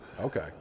Okay